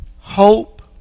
hope